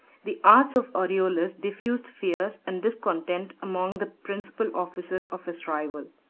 the arts of aureolus diffused fears and discontent among the principal officers of his rival.